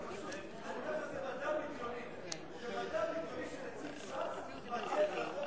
זה הציבור שלך שעומד שם בתור.